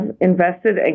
invested